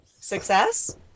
Success